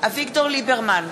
אביגדור ליברמן,